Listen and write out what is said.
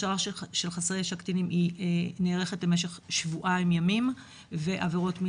ההכשרה של חסרי ישע קטינים היא נערכת במשך שבועיים ימים ועבירות מין